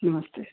नमस्ते